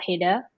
header